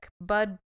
Bud